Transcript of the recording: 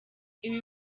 ibi